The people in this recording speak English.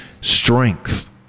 strength